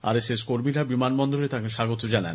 আর S S কর্মীরা বিমানবন্দরে তাঁকে স্বাগত জানান